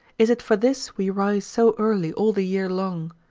is it for this we rise so early all the year long?